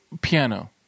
piano